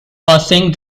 passing